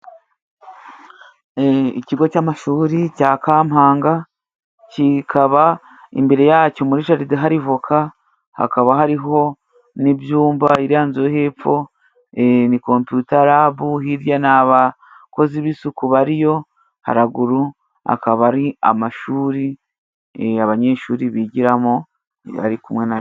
Ikigo cy'amashuri cya Kampanga kikaba imbere yacyo muri jaride hari voka, hakaba hariho n'ibyumba iriya nzu yo hepfo ni kompiyuta labu, hirya ni abakozi b'isuku bariyo ,haraguru akaba ari amashuri abanyeshuri bigiramo ari kumwe nayo.